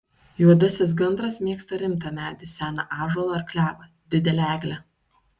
juodasis gandras mėgsta rimtą medį seną ąžuolą ar klevą didelę eglę